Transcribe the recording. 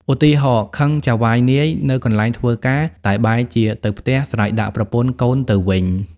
ឧទាហរណ៍ ខឹងចៅហ្វាយនាយនៅកន្លែងធ្វើការ តែបែរជាទៅផ្ទះស្រែកដាក់ប្រពន្ធកូនទៅវិញ។